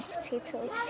potatoes